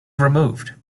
removed